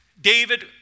David